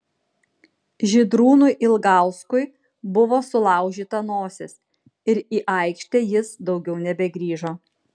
žydrūnui ilgauskui buvo sulaužyta nosis ir į aikštę jis daugiau nebegrįžo